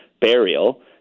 burial